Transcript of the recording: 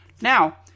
Now